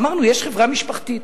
אמרנו: יש חברה משפחתית,